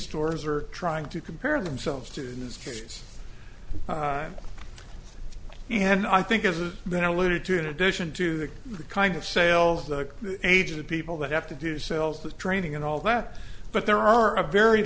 stores are trying to compare themselves to in this case and i think has been alluded to in addition to the kind of sales the age of people that have to do sales the training and all that but there are a very